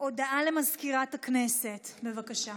הודעה למזכירת הכנסת, בבקשה.